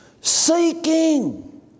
seeking